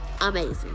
amazing